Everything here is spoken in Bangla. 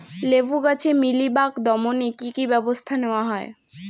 লেবু গাছে মিলিবাগ দমনে কী কী ব্যবস্থা নেওয়া হয়?